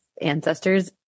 ancestors